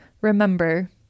remember